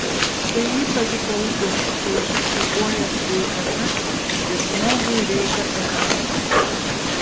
tai ypač baugu jei sušlubuoja sveikata ir žmogui reikia pagalbos